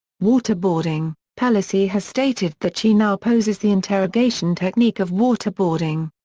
waterboarding pelosi has stated that she now opposes the interrogation technique of waterboarding.